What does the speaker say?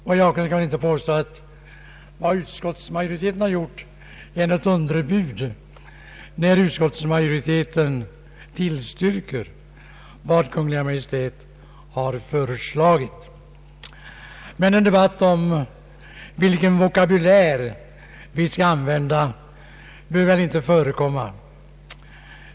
Och herr Jacobsson kan väl inte påstå att utskottsmajoriteten har gjort ett underbud när den tillstyrker vad Kungl. Maj:t har föreslagit. En debatt om vilken vokabulär vi skall använda är väl heller inte nödvändig.